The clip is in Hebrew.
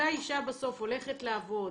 אותה אישה בסוף הולכת לעבוד,